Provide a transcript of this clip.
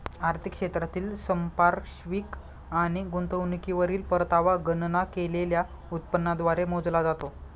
आर्थिक क्षेत्रातील संपार्श्विक आणि गुंतवणुकीवरील परतावा गणना केलेल्या उत्पन्नाद्वारे मोजला जातो